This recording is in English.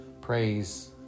praise